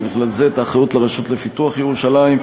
ובכלל זה את האחריות לרשות לפיתוח ירושלים,